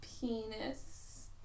Penis